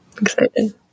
excited